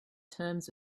terms